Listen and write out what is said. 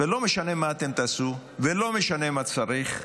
לא משנה מה תעשו ולא משנה מה צריך,